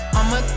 I'ma